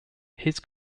his